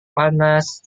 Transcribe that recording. panas